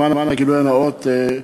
למען הגילוי הנאות,